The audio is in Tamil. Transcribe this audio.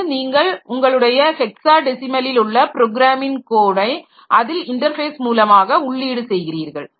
பிறகு நீங்கள் உங்களுடைய ஹெக்ஸாடெசிமலில் உள்ள ப்ரோக்ராமின் கோடை அதில் இன்டர்ஃபேஸ் மூலமாக உள்ளீடு செய்கிறீர்கள்